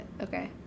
okay